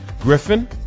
Griffin